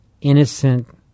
innocent